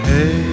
Hey